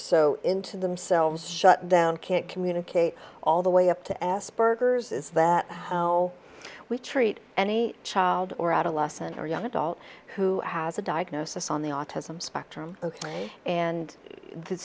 so into themselves shut down can't communicate all the way up to asperger's is that we treat any child or adolescent or young adult who has a diagnosis on the autism spectrum ok and